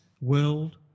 world